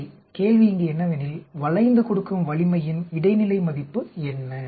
இடைநிலை கேள்வி இங்கே என்னவெனில் வளைந்து கொடுக்கும் வலிமையின் இடைநிலை மதிப்பு என்ன